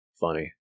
funny